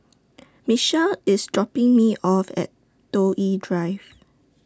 Mitchell IS dropping Me off At Toh Yi Drive